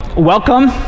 Welcome